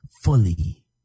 fully